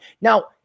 Now